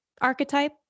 archetype